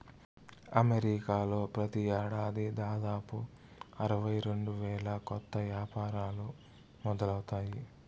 అమెరికాలో ప్రతి ఏడాది దాదాపు అరవై రెండు వేల కొత్త యాపారాలు మొదలవుతాయి